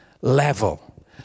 level